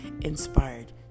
inspired